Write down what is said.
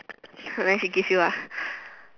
unless he give you ah